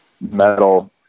metal